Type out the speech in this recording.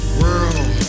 world